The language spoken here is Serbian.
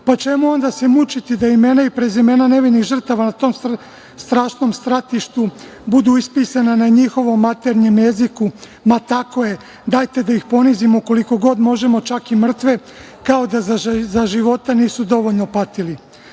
pa čemu se onda mučiti da imena i prezimena nevinih žrtava na tom strašnom stratištu budu ispisana na njihovom maternjem jeziku? Ma, tako je, dajte da ih ponizimo čak i mrtve, kao da za života nisu dovoljno patili. Jadni